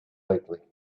lately